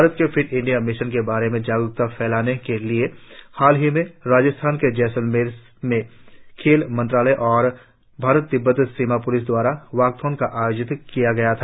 भारत के fit India mission के बारे में जागरूकता फैलाने के लिए हाल ही में राजस्थान के जैसलमेर में खेल मंत्रालय और भारत तिब्बत सीमा प्लिस दवारा वाक्थान का आयोजन किया गया था